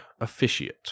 officiate